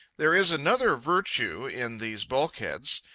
there is another virtue in these bulkheads.